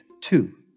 two